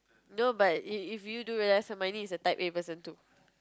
no but if if you do realise harmony is a type A person too